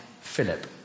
Philip